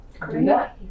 Great